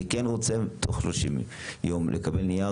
אני כן רוצה תוך 30 ימים לקבל נייר